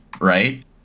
right